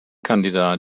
kandidat